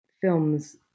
films